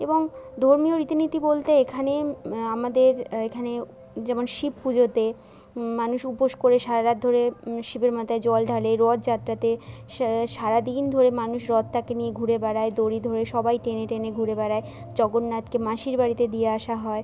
এবং ধর্মীয় রীতি নীতি বলতে এখানে আমাদের এখানে যেমন শিব পুজোতে মানুষ উপোস করে সারা রাত ধরে শিবের মাতায় জল ঢালে রথযাত্রাতে সা সারাদিন ধরে মানুষ রথটাকে নিয়ে ঘুরে বেড়ায় দড়ি ধরে সবাই টেনে টেনে ঘুরে বেড়ায় জগন্নাথকে মাসির বাড়িতে দিয়ে আসা হয়